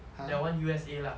that [one] U_S_A lah